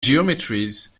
geometries